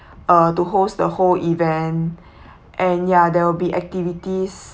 uh to host the whole event and ya there will be activities